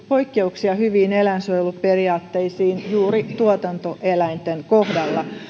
poikkeuksia hyvistä eläinsuojeluperiaatteista juuri tuotantoeläinten kohdalla